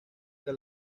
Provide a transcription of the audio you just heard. que